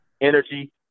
energy